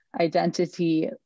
identity